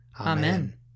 Amen